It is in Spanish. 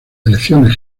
elecciones